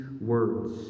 words